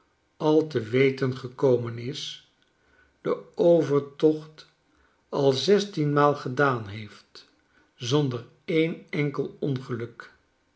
hoelal te weten gekomen is den overtocht al zestienmaal gedaan heeft zonder een enkel ongeluk